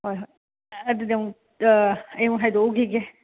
ꯍꯣꯏ ꯍꯣꯏ ꯑꯗꯨꯗꯤ ꯑꯃꯨꯛ ꯑꯩ ꯑꯃꯨꯛ ꯍꯥꯏꯗꯣꯛꯎꯈꯤꯒꯦ